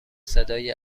صدای